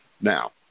Now